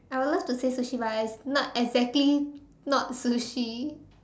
I would love to say Sushi but it's not exactly not Sushi